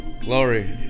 glory